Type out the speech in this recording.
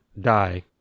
die